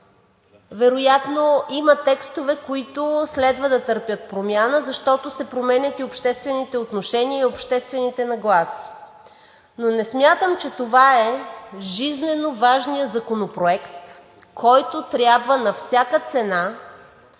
вероятно има текстове, които следва да търпят промяна, защото се променят обществените отношения и обществените нагласи. Но не смятам, че това е жизненоважният законопроект, който трябва на всяка цена